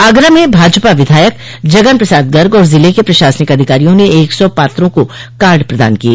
आगरा में भाजपा विधायक जगन प्रसाद गर्ग और ज़िले के प्रशासनिक अधिकारियों ने एक सौ पात्रों को कार्ड प्रदान किये